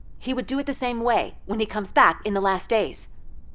he would do it the same way when he comes back in the last days.